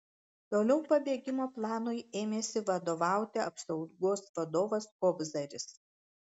toliau pabėgimo planui ėmėsi vadovauti apsaugos vadovas kobzaris